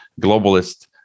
globalist